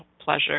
pleasure